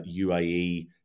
UAE